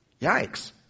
Yikes